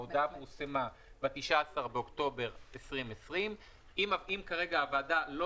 ההודעה פורסמה ב-19 באוקטובר 2020. אם הוועדה לא